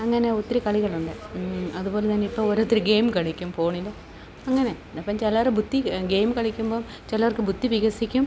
അങ്ങനെ ഒത്തിരി കളികളുണ്ട് അതുപോലെതന്നെ ഇപ്പം ഓരോരുത്തർ ഗെയിം കളിക്കും ഫോണിൽ അങ്ങനെ പിന്നെയിപ്പം ചിലവരുടെ ബുദ്ധി ഗെയിം കളിക്കുമ്പം ചിലവർക്ക് ബുദ്ധി വികസിയ്ക്കും